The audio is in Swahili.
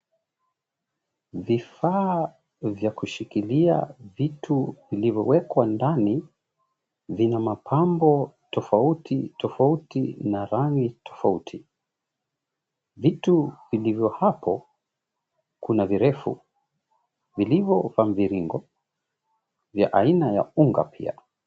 Vifaa vya kushikilia vitu vilivyowekwa ndani, vina mapambo tofauti tofauti na rangi tofauti. Vitu vilivyo hapo, kuna virefu, vilivo vya mviringo, ya aina ya unga pia.